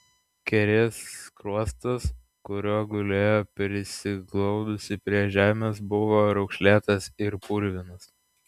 kerės skruostas kuriuo gulėjo prisiglaudusi prie žemės buvo raukšlėtas ir purvinas